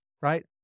Right